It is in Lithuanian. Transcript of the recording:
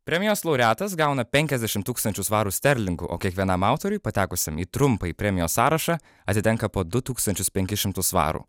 premijos laureatas gauna penkiasdešim tūkstančių svarų sterlingų o kiekvienam autoriui patekusiam į trumpąjį premijos sąrašą atitenka po du tūkstančius penkis šimtus svarų